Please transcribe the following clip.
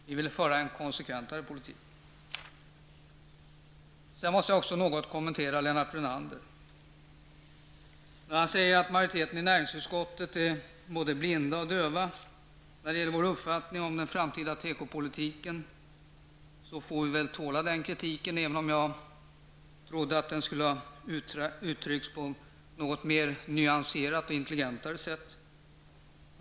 Vi ville föra en mer konsekvent politik. Jag måste även något kommentera det som Lennart Brunander sade. Han sade att majoriteten i näringsutskottet är både blind och döv när det gäller uppfattningen om den framtida tekopolitiken. Vi får väl tåla den kritiken, även om jag trodde att den skulle ha uttryckts på ett mer nyanserat och intelligent sätt.